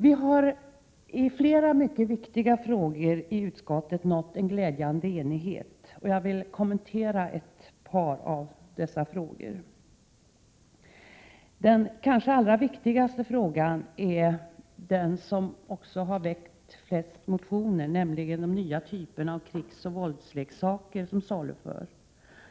Vi har i utskottet i flera mycket viktiga frågor nått en glädjande enighet, och jag vill kommentera ett par av dem. Den kanske allra viktigaste frågan är den som det har väckts flest motioner om, nämligen de nya typerna av krigsoch våldsleksaker som saluförs,